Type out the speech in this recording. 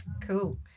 Cool